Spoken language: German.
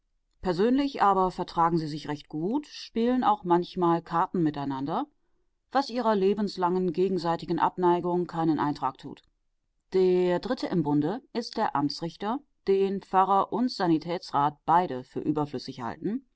persönlich aber vertragen sie sich recht gut spielen auch manchmal karten miteinander was ihrer lebenslangen gegenseitigen abneigung keinen eintrag tut der dritte im bunde ist der amtsrichter den pfarrer und sanitätsrat beide für überflüssig halten